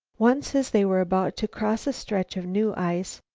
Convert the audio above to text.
once, as they were about to cross a stretch of new ice,